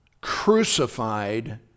crucified